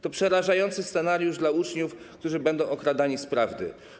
To przerażający scenariusz dla uczniów, którzy będą okradani z prawdy.